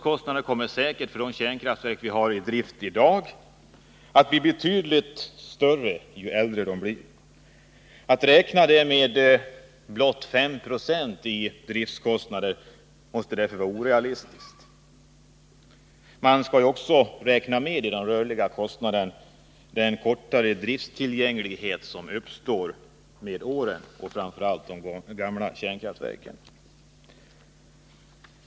Kostnaderna för underhållet av de kärnkraftverk som vi i dag har i drift kommer säkerligen att bli betydligt större ju äldre dessa kärnkraftverk blir. Att räkna med blott 5 öre i driftkostnad per kilowattimme måste vara helt orealistiskt. Man får som en rörlig kostnad också räkna med de minskningar i drifttillgängligheten som uppstår med åren, framför allt i de gamla kärnkraftverken.